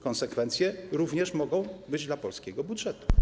Konsekwencje również mogą być dla polskiego budżetu.